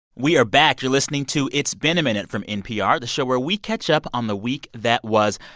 we are back. you're listening to it's been a minute from npr, the show where we catch up on the week that was.